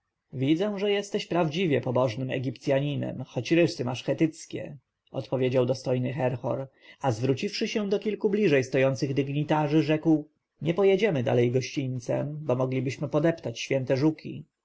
widzę że jesteś prawdziwie pobożnym egipcjaninem choć rysy masz chetyckie odpowiedział dostojny herhor a zwróciwszy się do kilku bliżej stojących dygnitarzy dodał nie pójdziemy dalej gościńcem bo moglibyśmy podeptać święte żuki